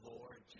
Lord